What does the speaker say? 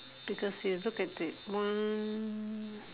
because you look at the one